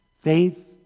faith